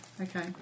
Okay